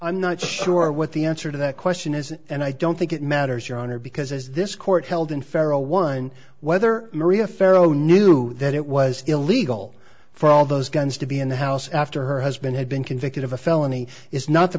i'm not sure what the answer to that question is and i don't think it matters your honor because as this court held in federal one whether maria farrow knew that it was illegal for all those guns to be in the house after her husband had been convicted of a felony is not the